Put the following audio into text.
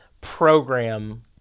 program